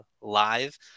live